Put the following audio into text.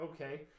okay